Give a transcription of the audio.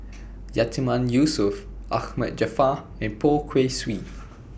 Yatiman Yusof Ahmad Jaafar and Poh Kay Swee